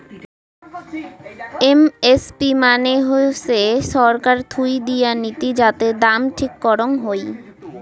MSP মানে হসে ছরকার থুই দেয়া নীতি যাতে দাম ঠিক করং হই